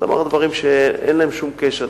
את אמרת דברים שאין להם שום קשר.